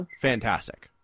Fantastic